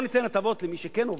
בואו ניתן הטבות למי שכן עובד.